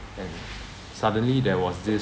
and suddenly there was this